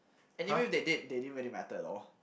anyway if they did they didn't really matter at all